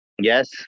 Yes